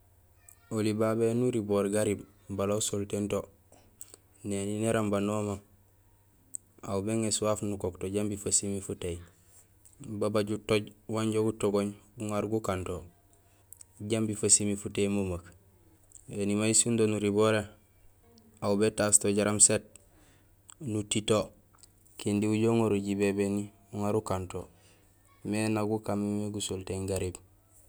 Oli babé éni uriboor gariib bala usontéén to néni néramba nooma aw béŋéés waaf nukook to jambi fasimi futéy; babaj utooj wanja gutogooñ guŋar gukaan to jambi fasimi futéy memeek éni may sindo nuriboré aw bétaas to jaraam sét nuti to kindi ujoow uŋorul jibébéni uŋar ukan to; mé nak gukaan mémé gusontééén gariib.